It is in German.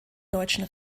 deutschen